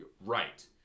Right